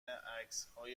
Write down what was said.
عکسهای